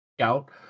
out